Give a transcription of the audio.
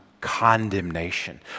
condemnation